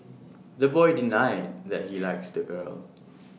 the boy denied that he likes the girl